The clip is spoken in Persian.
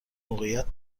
موقعیت